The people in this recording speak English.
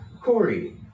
Corey